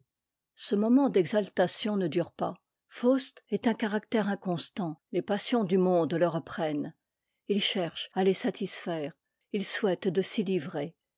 ce moment d'exaltation ne dure pas faust est un caractère inconstant les passions du monde le reprennent ii cherche à les satisfaire il souhaite de s'y livrer